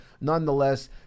Nonetheless